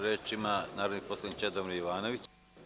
Reč ima narodni poslanik Čedomir Jovanović.